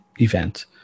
event